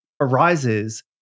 arises